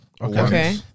okay